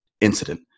incident